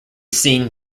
seen